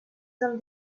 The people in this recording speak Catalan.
del